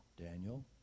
Daniel